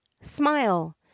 smile